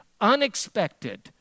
unexpected